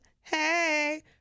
hey